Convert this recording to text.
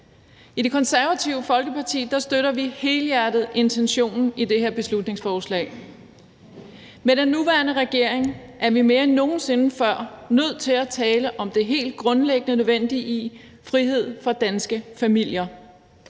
I Det Konservative Folkeparti støtter vi helhjertet intentionen i det her beslutningsforslag. Med den nuværende regering er vi mere end nogen sinde før nødt til at tale om det helt grundlæggende nødvendige i frihed for danske familier,